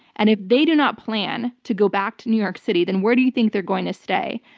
and if they do not plan to go back to new york city, then where do you think they're going to stay?